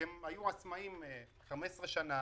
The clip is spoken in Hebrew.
כי הם היו עצמאים 15 שנה